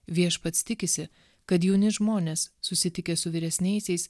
viešpats tikisi kad jauni žmonės susitikę su vyresniaisiais